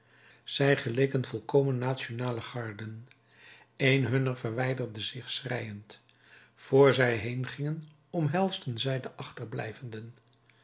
zij geleken volkomen nationale garden een hunner verwijderde zich schreiend voor zij heengingen omhelsden zij de achterblijvenden